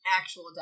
actual